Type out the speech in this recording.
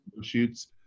shoots